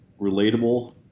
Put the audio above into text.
relatable